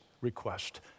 request